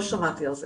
לא שמעתי על זה.